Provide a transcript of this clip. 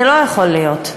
זה לא יכול להיות.